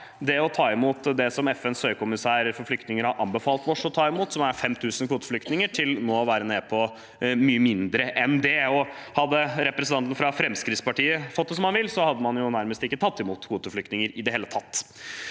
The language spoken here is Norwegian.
det tallet som FNs høykommissær for flyktninger har anbefalt oss å ta imot, som er 5 000 kvoteflyktninger, til nå å være nede på mye mindre enn det. Hadde representanten fra Fremskrittspartiet fått det som han vil, hadde man nærmest ikke tatt imot kvoteflyktninger i det hele tatt.